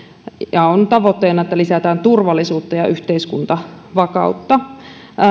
ja on tavoitteena että lisätään turvallisuutta ja yhteiskuntavakautta